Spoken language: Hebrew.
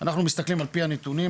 אנחנו מסתכלים על פי הנתונים,